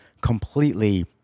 completely